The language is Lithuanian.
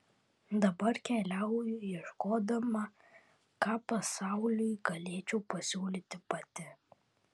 dabar keliauju ieškodama ką pasauliui galėčiau pasiūlyti pati